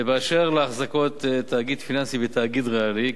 באשר להחזקות תאגיד פיננסי ותאגיד ריאלי,